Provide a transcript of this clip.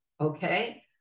okay